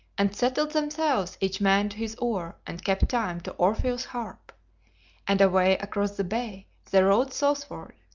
and settled themselves each man to his oar and kept time to orpheus' harp and away across the bay they rowed southward,